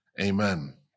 Amen